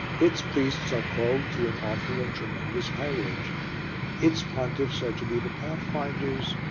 its priests are called to an awful and tremendous hierurgy its pontiffs are to be the pathfinders,